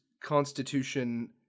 Constitution